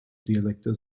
dialekte